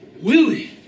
Willie